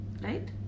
Right